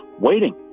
waiting